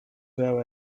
well